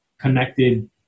connected